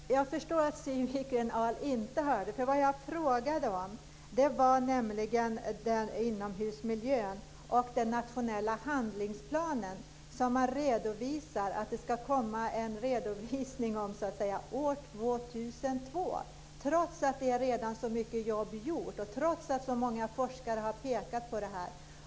Herr talman! Jag förstår att Siw Wittgren-Ahl inte hörde. Vad jag frågade om var inomhusmiljön och den nationella handlingsplan som man säger att det ska komma en redovisning om år 2002; detta trots att redan så mycket jobb är gjort och trots att så många forskare har pekat på detta.